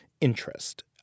interest